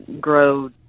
grow